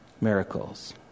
miracles